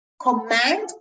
command